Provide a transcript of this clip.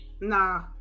Nah